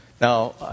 Now